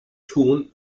thun